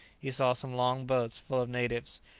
he saw some long boats full of natives.